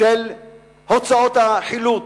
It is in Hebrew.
של הוצאות החילוץ.